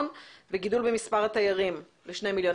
וגידול במספר התיירים לשני מיליון.